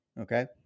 okay